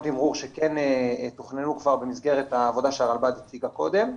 תמרור שכן תוכננו כבר במסגרת העבודה שהרלב"ד הציגה קודם,